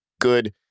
good